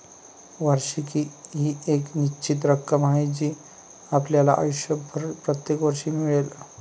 वार्षिकी ही एक निश्चित रक्कम आहे जी आपल्याला आयुष्यभर प्रत्येक वर्षी मिळेल